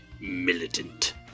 militant